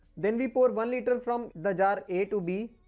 then we pour one litre from the jar a to b.